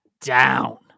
down